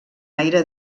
aire